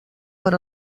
per